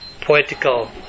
poetical